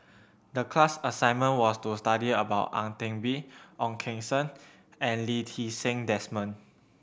the class assignment was to study about Ang Teck Bee Ong Keng Sen and Lee Ti Seng Desmond